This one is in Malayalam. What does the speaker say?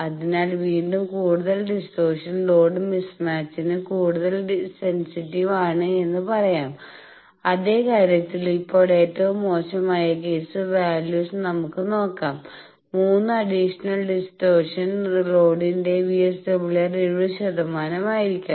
അതിനാൽ വീണ്ടും കൂടുതൽ ഡിസ്റ്റോർഷൻ ലോഡ് മിസ്മാച്ച്ന് കൂടുതൽ സെൻസിറ്റീവ് ആണ് എന്ന് പറയാം അതേ കാര്യത്തിൽ ഇപ്പോൾ ഏറ്റവും മോശമായ കേസ് വാല്യൂസ് നമുക്ക് നോകാം 3 അഡിഷണൽ ഡിസ്റ്റോർഷൻന് ലോഡിന്റെ VSWR 70 ശതമാനമായിരിക്കാം